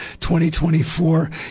2024